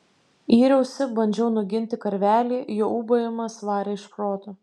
yriausi bandžiau nuginti karvelį jo ūbavimas varė iš proto